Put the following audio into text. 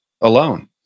alone